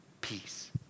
peace